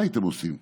מה הייתם עושים?